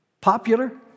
popular